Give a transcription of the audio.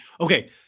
Okay